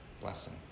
blessing